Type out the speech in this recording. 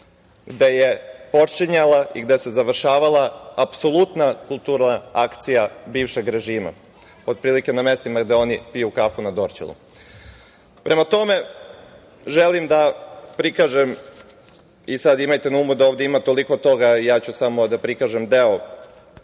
gde je počinjala i gde se završavala apsolutna kulturna akcija bivšeg režima, otprilike na mestima gde oni piju kafu na Dorćolu. Prema tome, želim da prikažem i, sad imajte na umu da ovde ima toliko toga, prikazaću samo deo šta je